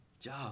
Job